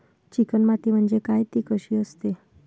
Chicken माती म्हणजे काय? ति कशी असते?